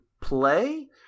play